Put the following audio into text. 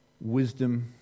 wisdom